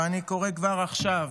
ואני קורא כבר עכשיו: